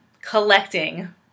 collecting